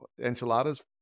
enchiladas